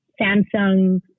Samsung